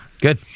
Good